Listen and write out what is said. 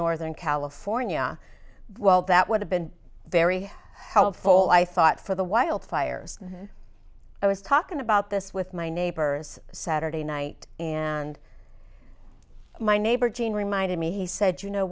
northern california well that would have been very helpful i thought for the wildfires i was talking about this with my neighbors saturday night and my neighbor jean reminded me he said you know